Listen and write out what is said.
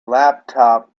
laptop